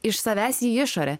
iš savęs į išorę